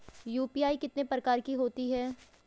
UPI कितने प्रकार की होती हैं?